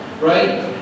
right